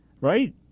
right